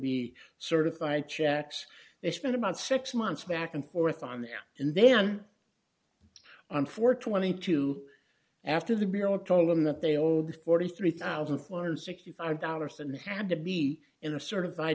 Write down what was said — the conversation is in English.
be certified checks they spent about six months back and forth on them and then on for twenty two dollars after the bureau told them that they owed forty three thousand four hundred and sixty five dollars and had to be in a sort of